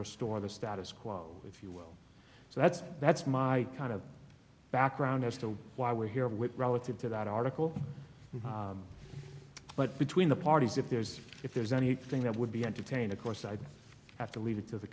restore the status quo if you will so that's that's my kind of background as to why we're here with relative to that article but between the parties if there's if there's anything that would be entertained of course i'd have to leave it to the